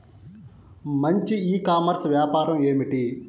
మంచి e commerce వ్యాపారం ఏమిటీ?